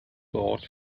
thought